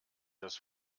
das